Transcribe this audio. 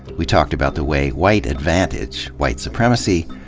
we talked about the way white advantage, white supremacy,